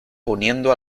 poniendo